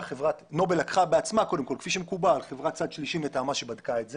נובל גם לקחה חברת צד שלישי מטעמה שבדקה את זה.